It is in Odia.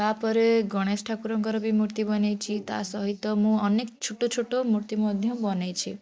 ତାପରେ ଗଣେଶ ଠାକୁରଙ୍କ ବି ମୂର୍ତ୍ତି ବନେଇଛି ତା' ସହିତ ମୁଁ ଅନେକ ଛୋଟ ଛୋଟ ମୂର୍ତ୍ତି ମଧ୍ୟ ବନେଇଛି